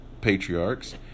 patriarchs